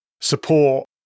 support